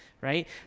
right